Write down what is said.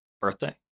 birthday